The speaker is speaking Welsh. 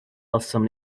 welsom